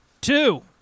two